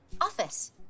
office